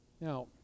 Now